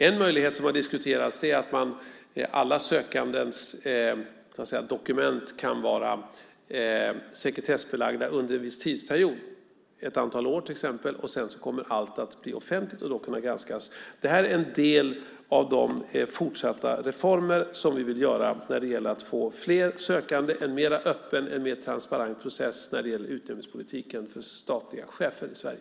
En möjlighet som har diskuterats är att alla sökandens dokument kan vara sekretessbelagda under en viss tidsperiod, till exempel ett antal år, och sedan kommer allt att bli offentligt och kan då granskas. Det här är en del av de fortsatta reformer som vi vill göra när det gäller att få fler sökande och en mer öppen och transparent process när det gäller politiken för utnämning av statliga chefer i Sverige.